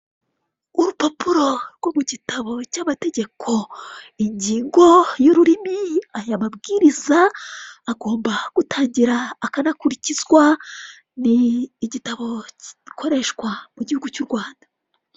Urupapuro rwo mu gitabo cy'amategeko ingingo y'ururimi, aya mabwiriza agomba gutangira akanakurikizwa. Ni igitabo gikoreshwa mu gihugu cy'u Rwanda.